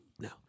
no